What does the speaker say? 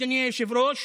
אדוני היושב-ראש,